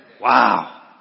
Wow